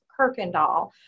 Kirkendall